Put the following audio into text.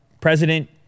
President